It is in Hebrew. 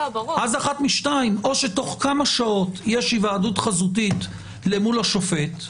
אז או תוך כמה שעות יש היוועדות חזותית מול השופט,